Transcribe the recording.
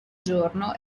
giorno